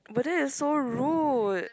but then that is so rude